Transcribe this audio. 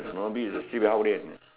snobbish ah sibei hao lian eh